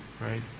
right